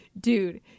dude